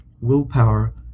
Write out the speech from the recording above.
willpower